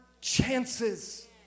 chances